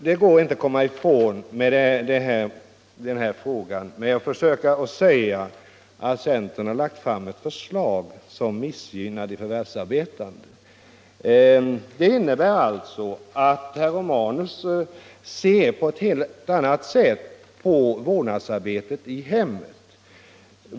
Det går inte att komma ifrån denna fråga genom att påstå att centern har lagt fram ett förslag som missgynnar de förvärvsarbetande. Ett sådant påstående innebär att herr Romanus ser på ett helt annat sätt än vi på frågan om vårdnadsarbetet i hemmet.